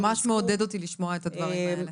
ממש מעודד אותי לשמוע את הדברים האלה.